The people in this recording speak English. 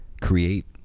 create